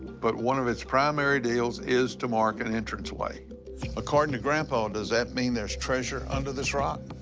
but one of its primary deals is to mark an entranceway. according to grandpa, does that mean there's treasure under this rock?